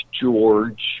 George